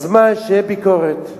אז מה, שתהיה ביקורת.